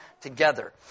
together